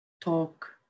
talk